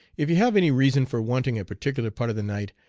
if you have any reason for wanting a particular part of the night,